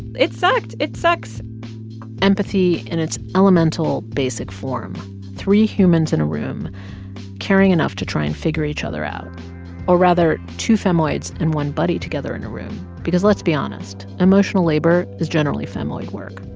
it sucked. it sucks empathy in its elemental basic form three humans in a room caring enough to try and figure each other out or rather, two femoids and one buddy together in a room because let's be honest, emotional labor is generally femoid work.